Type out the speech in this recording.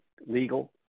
legal